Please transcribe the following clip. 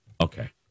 okay